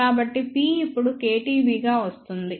కాబట్టిP ఇప్పుడు kTB గా వస్తుంది